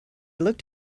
looked